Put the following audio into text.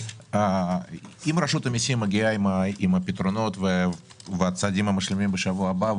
אם רשות המסים מגיעה עם פתרונות ועם צעדים משלימים בשבוע הבא,